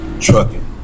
Trucking